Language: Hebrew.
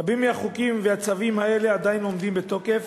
רבים מהחוקים והצווים האלה עדיין עומדים בתוקף